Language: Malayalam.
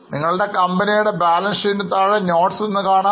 നിങ്ങളുടെ കമ്പനിയുടെ ബാലൻസ് ഷീറ്റിന് താഴെ നോട്സ് എന്നുകാണാം